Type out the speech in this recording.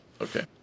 Okay